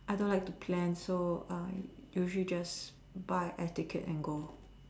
I don't like to plan so I usually just buy a air ticket and go